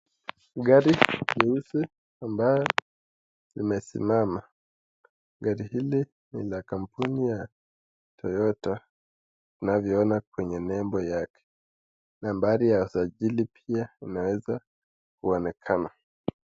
Gari nyeusi ambayo limesimama. Gari hili ni la kampuni ya Toyota tunavyoona kwa nembo yake. Nambari ya usajili pia inaweza kuonekana.